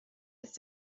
ist